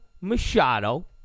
Machado